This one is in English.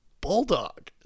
bulldog